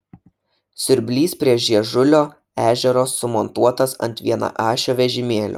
siurblys prie žiežulio ežero sumontuotas ant vienaašio vežimėlio